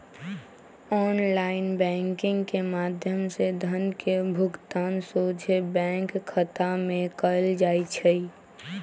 online banking के माध्यम से धन के भुगतान सोझे बैंक खता में कएल जाइ छइ